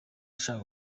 ushaka